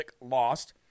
lost